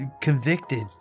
convicted